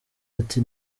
ati